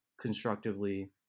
constructively